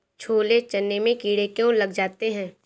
छोले चने में कीड़े क्यो लग जाते हैं?